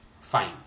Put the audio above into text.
Fine